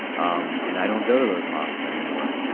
um and i don't go to those mosques anymore.